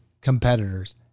competitors